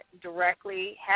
directly